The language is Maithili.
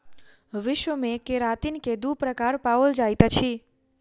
विश्व मे केरातिन के दू प्रकार पाओल जाइत अछि